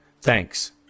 Thanks